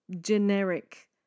generic